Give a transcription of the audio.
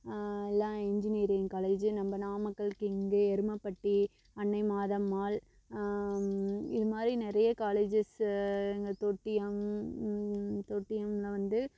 எல்லாம் engineering college நம்ம நாமக்கல் கிங்கு எருமைபட்டி அன்னை மாதம்மாள் இது மாதிரி நிறைய காலேஜஸ்ஸு இங்கே தொட்டியம் தொட்டியம்மில் வந்து